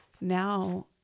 now